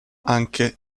anche